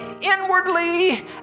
inwardly